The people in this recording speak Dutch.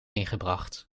ingebracht